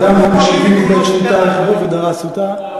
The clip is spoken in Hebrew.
אדם בן 70 איבד שליטה על רכבו ודרס אותה,